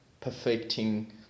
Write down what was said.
perfecting